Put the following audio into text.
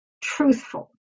truthful